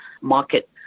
market